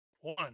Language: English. One